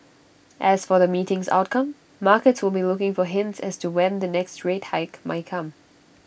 as for the meeting's outcome markets will be looking for hints as to when the next rate hike may come